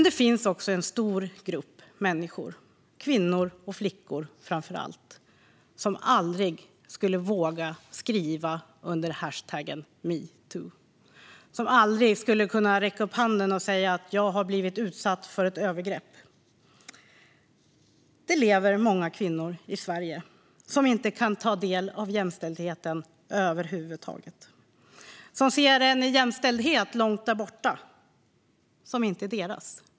Det finns dock en stor grupp människor, framför allt kvinnor och flickor, som aldrig skulle våga skriva under hashtaggen metoo - som aldrig skulle kunna räcka upp handen och säga att de blivit utsatta för ett övergrepp. Det lever många kvinnor i Sverige som inte kan ta del av jämställdheten över huvud taget. De ser en jämställdhet långt där borta som inte är deras.